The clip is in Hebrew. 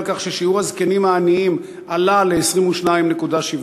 כך ששיעור הזקנים העניים עלה ל-22.7%.